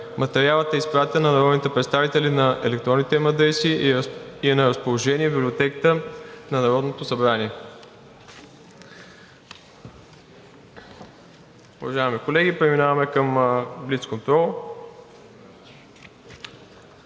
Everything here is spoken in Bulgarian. Материалът е изпратен на народните представители на електронните им адреси и е на разположение в Библиотеката на Народното събрание. Уважаеми колеги, преминаваме към: